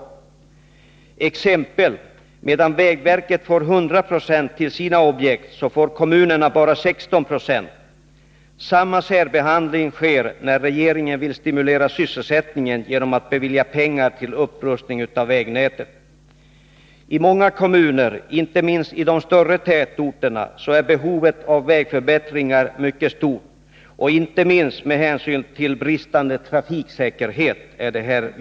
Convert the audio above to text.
För att ta ett exempel: Medan vägverket får 100 96 till sina objekt får kommunerna bara 16 26. Samma särbehandling sker när regeringen vill stimulera sysselsättningen genom att bevilja pengar till upprustning av vägnätet. I många kommuner, särskilt i de större tätorterna, är behovet av vägförbättringar mycket stort, inte minst med hänsyn till trafiksäkerheten.